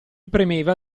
premeva